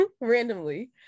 randomly